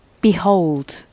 behold